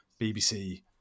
BBC